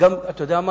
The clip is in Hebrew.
אתה יודע מה?